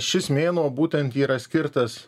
šis mėnuo būtent yra skirtas